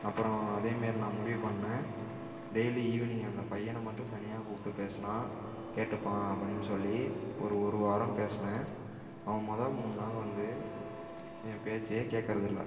அப்புறம் அதேமாரி நான் முடிவு பண்ணேன் டெய்லி ஈவினிங் அந்த பையனை மட்டும் தனியாக கூப்பிட்டு பேசுனா கேட்டுப்பான் அப்படினு சொல்லி ஒரு ஒரு வாரம் பேசுனேன் அவன் முதல் மூணுநாள் வந்து என் பேச்சை கேக்கிறதில்ல